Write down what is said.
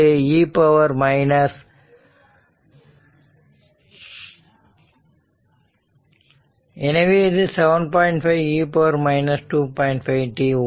5e 2